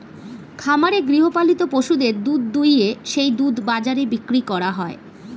খামারে গৃহপালিত পশুদের দুধ দুইয়ে সেই দুধ বাজারে বিক্রি করা হয়